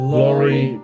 Glory